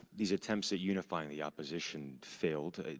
these attempts at unifying the opposition failed.